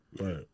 Right